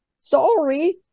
Sorry